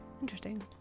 interesting